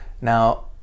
now